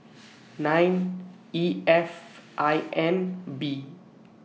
nine E F I N B